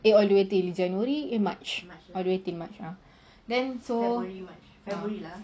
eh all the way to january eh march all the way to march lah